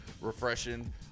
refreshing